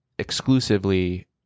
exclusively